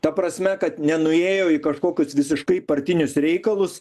ta prasme kad nenuėjo į kažkokius visiškai partinius reikalus